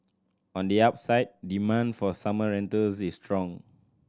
on the upside demand for summer rentals is strong